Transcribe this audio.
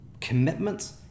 commitment